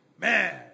man